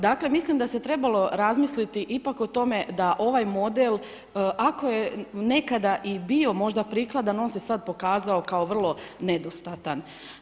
Dakle, mislim da se trebalo razmisliti ipak o tome da ovaj model, ako je nekada i bio možda prikladan, on se sad pokazao kao vrlo nedostatan.